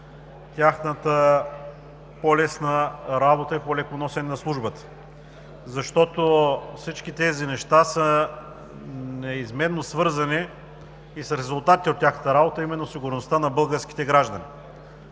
тяхната по-лесна работа и по-леко носене на службата. Всички тези неща са неизменно свързани и с резултатите от тяхната работа – сигурността на българските граждани.